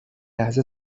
لحظه